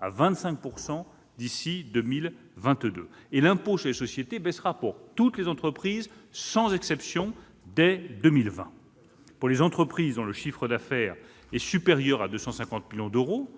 à 25 % d'ici à 2022 et il baissera pour toutes les entreprises, sans exception, dès 2020. Pour les entreprises dont le chiffre d'affaires est supérieur à 250 millions d'euros,